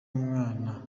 mwana